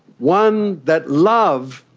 one that love,